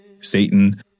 Satan